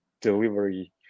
delivery